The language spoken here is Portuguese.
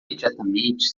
imediatamente